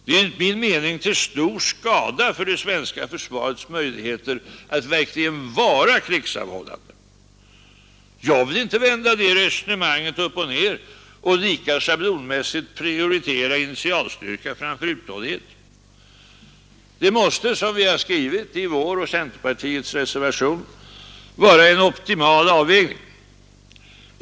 Det är enligt min mening till stor skada för det svenska försvarets möjligheter att verkligen vara krigsavhållande. Jag vill inte vända det resonemanget upp och ned och lika schablonmässigt prioritera initialstyrka framför uthållighet. Men det måste, som vi har skrivit i vår och centérpartiets reservation, vara en optimal avvägning.